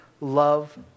love